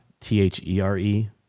T-H-E-R-E